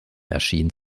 erschienen